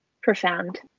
profound